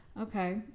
Okay